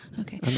Okay